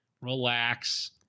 Relax